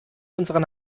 unserer